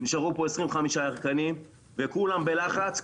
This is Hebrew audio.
נשארו פה 25 ירקנים וכולם בלחץ,